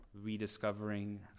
rediscovering